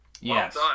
Yes